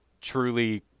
truly